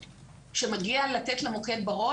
כשמגיע לתת למוקד בראש,